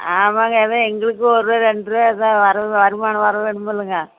ஆமாம்ங்க எதோ எங்களுக்கும் ஒருரூவா ரெண்டுரூவா தான் வருமானம் வருதுன்னு சொல்லுங்கள்